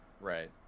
Right